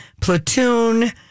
Platoon